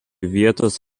vietos